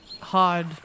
hard